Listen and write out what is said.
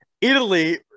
Italy